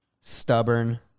stubborn